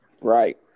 Right